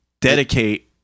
dedicate